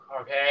Okay